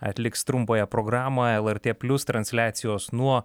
atliks trumpąją programą lrt plius transliacijos nuo